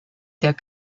der